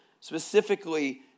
specifically